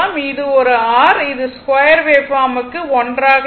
இது ஒரு r இது ஸ்கொயர் வேவ்பார்ம்க்கு 1 ஆக இருக்கும்